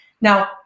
Now